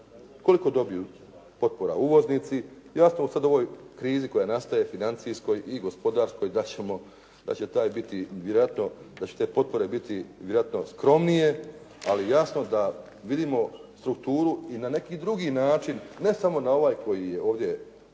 koliko dobiju potpora uvoznici. I uostalom sada u ovoj krizi nastaje financijskoj i gospodarskoj da će taj biti, da će te potpore biti vjerojatno skromnije ali jasno da vidimo strukturu i na neki drugi način, ne samo na ovaj koji je ovdje